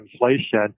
inflation